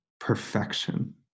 perfection